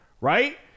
Right